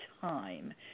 time